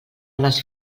les